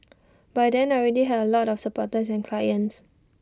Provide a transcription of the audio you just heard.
by then I already had A lot of supporters and clients